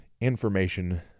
information